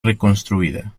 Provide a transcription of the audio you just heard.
reconstruida